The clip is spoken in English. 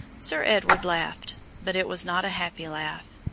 sir edward laughed, but it was not a happy laugh.